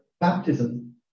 baptism